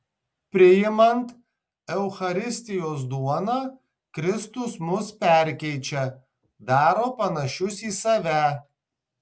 priimant eucharistijos duoną kristus mus perkeičia daro panašius į save